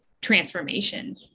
transformation